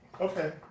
Okay